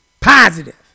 Positive